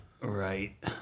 Right